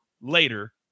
later